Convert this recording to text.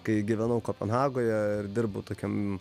kai gyvenau kopenhagoje ir dirbau tokiam